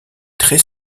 très